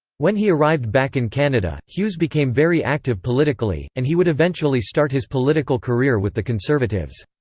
when he arrived back in canada, hughes became very active politically, and he would eventually start his political career with the conservatives.